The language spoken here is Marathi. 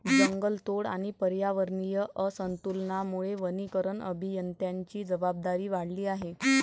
जंगलतोड आणि पर्यावरणीय असंतुलनामुळे वनीकरण अभियंत्यांची जबाबदारी वाढली आहे